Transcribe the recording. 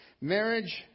Marriage